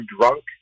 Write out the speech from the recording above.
drunk